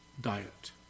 diet